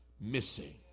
missing